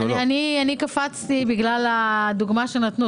אני קפצתי בגלל הדוגמה שהציגו.